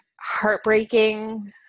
heartbreaking